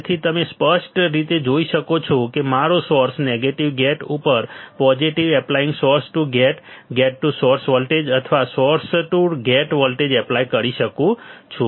તેથી તમે સ્પષ્ટ રીતે જોઈ શકો છો કે મારો સોર્સ નેગેટિવ ગેટ ઉપર positive applying source to gate gate to source voltage અથવા source to gate voltage apply કરી શકું છું